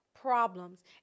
problems